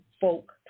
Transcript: folk